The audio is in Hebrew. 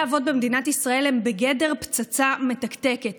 האבות במדינת ישראל הם בגדר פצצה מתקתקת.